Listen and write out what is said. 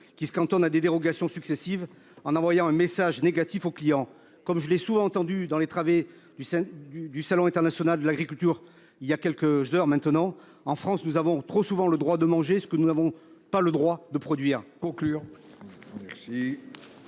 qui se cantonne à des dérogations successives en envoyant un message négatif aux clients, comme je l'ai sous-entendu dans les travées du du du salon international de l'agriculture il y a quelques heures maintenant en France, nous avons trop souvent le droit de manger ce que nous n'avons pas le droit de produire.